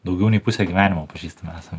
daugiau nei pusę gyvenimo pažįstami esam